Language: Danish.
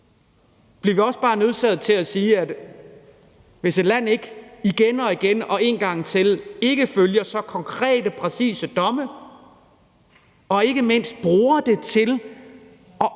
hvor vi også bare bliver nødsaget til at sige, at hvis et land igen og igen og en gang til ikke følger så konkrete og præcise domme og man ikke mindst bruger det til at holde